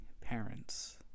parents